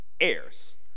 heirs